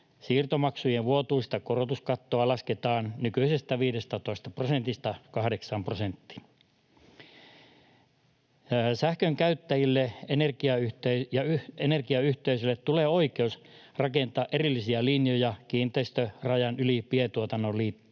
Siirtomaksujen vuotuista korotuskattoa lasketaan nykyisestä 15 prosentista 8 prosenttiin. Sähkönkäyttäjille ja energiayhteisöille tulee oikeus rakentaa erillisiä linjoja kiinteistörajan yli pientuotannon liittämiseksi,